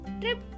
trip